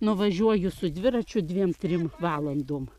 nuvažiuoju su dviračiu dviem trim valandom